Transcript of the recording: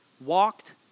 walked